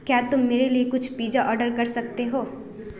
क्या तुम मेरे लिए कुछ पिज़्ज़ा ऑर्डर कर सकते हो